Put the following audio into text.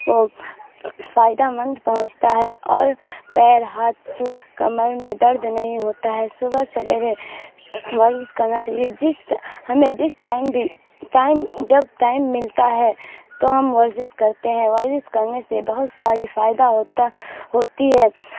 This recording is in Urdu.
کو فائدہ مند پہنچتا ہے اور پیر ہاتھ کمر میں درد نہیں ہوتا ہے صبح سویرے ورزش کرنا چاہیے جس ہمیں جس ٹائم بھی ٹائم جب ٹائم ملتا ہے تو ہم ورزش کرتے ہیں ورزش کرنے سے بہت ساری فائدہ ہوتا ہوتی ہے